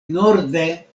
norde